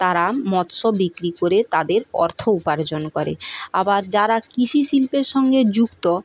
তারা মৎস্য বিক্রি করে তাদের অর্থ উপার্জন করে আবার যারা কৃষি শিল্পের সঙ্গে যুক্ত